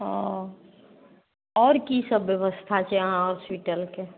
ओ आओर कि सब बेबस्था छै अहाँ हॉसपिटलके